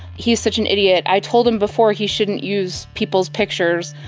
he is such an idiot, i told him before he shouldn't use people's pictures,